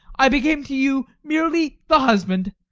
i became to you merely the husband.